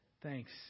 Thanks